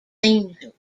angel